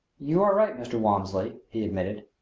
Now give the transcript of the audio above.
you are right, mr. walmsley, he admitted.